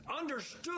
understood